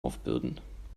aufbürden